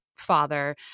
father